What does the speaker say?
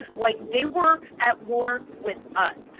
like they were at war with us!